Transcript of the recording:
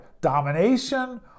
domination